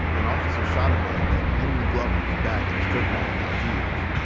an officer shot a man named henry glover in the back at a strip mall in algiers.